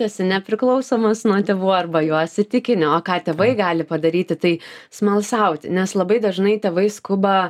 esi nepriklausomas nuo tėvų arba juos įtikini o ką tėvai gali padaryti tai smalsauti nes labai dažnai tėvai skuba